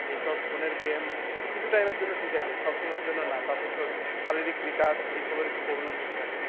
এইসব ফোনের গেম কিছু টাইমের জন্য ঠিক আছে সব সময়ের জন্য না তাদের শারীরিক বিকাশ এইসবের প্রবলেম হতে থাকে